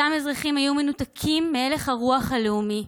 אותם אזרחים היו מנותקים מהלך הרוח הלאומי,